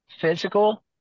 physical